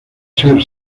ser